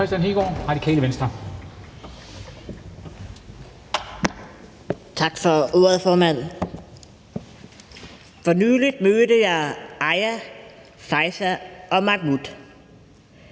Kristian Hegaard (RV): Tak for ordet, formand. For nylig mødte jeg Aya, Faeza og Mahmoud,